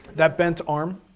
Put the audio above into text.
that bent arm